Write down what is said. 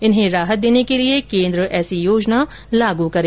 इन्हें राहत देने के लिए केन्द्र ऐसी योजना लागू करे